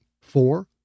Four